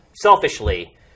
selfishly